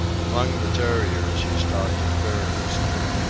among the terriers he stalked imperiously,